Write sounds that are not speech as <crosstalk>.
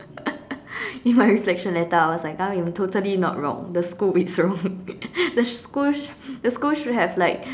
<laughs> in my reflection letter I was like I am totally not wrong the school is wrong <laughs> the school should the school should have like